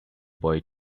boy